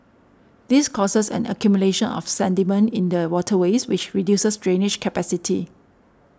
this causes an accumulation of sediment in the waterways which reduces drainage capacity